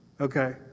Okay